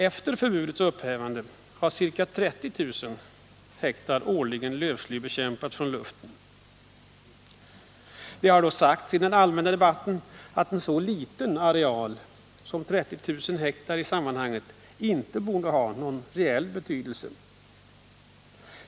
Efter förbudets upphävande har ca 30 000 hektar årligen lövslybekämpats från luften. Det har sagts i den allmänna debatten att en så liten areal som 30 000 hektar i sammanhanget inte borde ha någon reell betydelse.